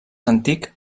antic